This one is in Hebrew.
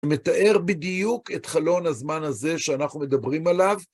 מתאר בדיוק את חלון הזמן הזה שאנחנו מדברים עליו.